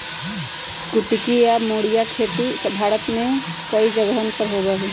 कुटकी या मोरिया के खेती भारत में कई जगहवन पर होबा हई